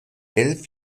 elf